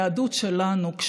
לא בכוח,